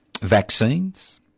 vaccines